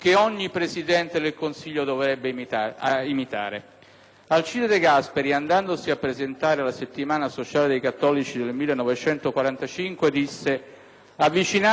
Alcide De Gasperi, andandosi a presentare alla Settimana sociale dei cattolici del 1945, disse: «Avvicinarsi a questa assise è come eseguire una grande ascensione montana: